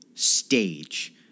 stage